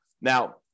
Now